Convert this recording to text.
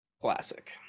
classic